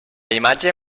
imatge